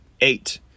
eight